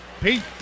Pete